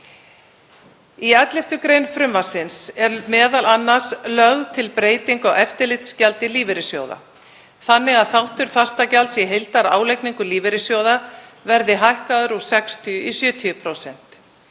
Í 11. gr. frumvarpsins er m.a. lögð til breyting á eftirlitsgjaldi lífeyrissjóða þannig að þáttur fastagjalds í heildarálagningu lífeyrissjóða verði hækkaður úr 60 í 70%.